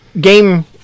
game